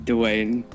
Dwayne